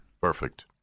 Perfect